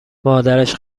مادرش